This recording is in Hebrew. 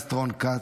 חבר הכנסת רון כץ,